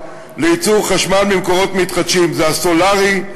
לייצור חשמל ממקורות מתחדשים: זה הסולרי,